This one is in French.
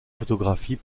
photographies